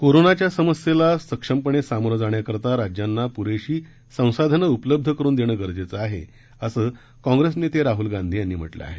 कोरोनाच्या समस्येला सक्षमपणे सामोरं जाण्याकरता राज्यांना पूरेशी संसाधनं उपलब्ध करुन देणं गरजेचं आहे असं काँग्रेस नेते राहुल गांधी यांनी म्हटलं आहे